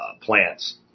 plants